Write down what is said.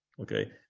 Okay